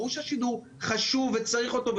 ברור שהשידור חשוב וצריך אותו,